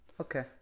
Okay